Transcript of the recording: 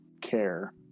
care